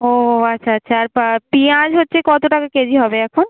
ও আচ্ছা আচ্ছা আর পা পিঁয়াজ হচ্ছে কত টাকা কেজি হবে এখন